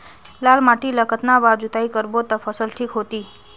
लाल माटी ला कतना बार जुताई करबो ता फसल ठीक होती?